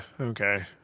okay